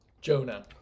jonah